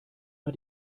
hat